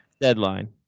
Deadline